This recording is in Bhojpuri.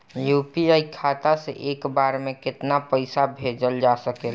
यू.पी.आई खाता से एक बार म केतना पईसा भेजल जा सकेला?